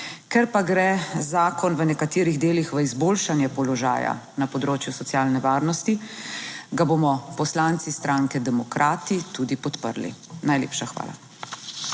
Ker pa gre zakon v nekaterih delih v izboljšanje položaja na področju socialne varnosti, ga bomo poslanci stranke Demokrati tudi podprli. Najlepša hvala.